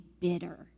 bitter